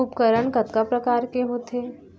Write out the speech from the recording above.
उपकरण कतका प्रकार के होथे?